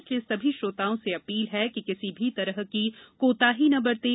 इसलिए सभी श्रोताओं से अपील है कि किसी भी तरह की कोताही न बरतें